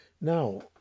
now